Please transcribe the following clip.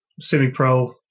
semi-pro